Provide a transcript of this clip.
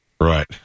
Right